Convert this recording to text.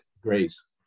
grace